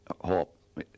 hope